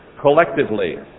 collectively